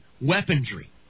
weaponry